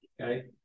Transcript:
okay